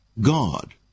God